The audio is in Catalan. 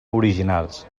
originals